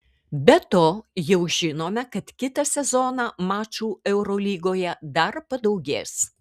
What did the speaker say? be to jau žinome kad kitą sezoną mačų eurolygoje dar padaugės